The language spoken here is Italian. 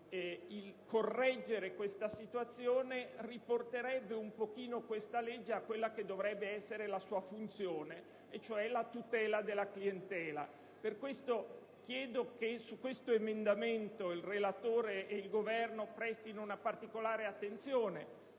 Correggere tale situazione riporterebbe un po' questa legge a quella che dovrebbe essere la sua funzione, cioè la tutela del cliente. Per questo chiedo che all'emendamento 28.200 il relatore e il Governo prestino particolare attenzione.